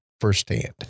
firsthand